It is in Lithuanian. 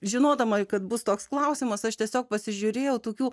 žinodama kad bus toks klausimas aš tiesiog pasižiūrėjau tokių